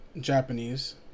japanese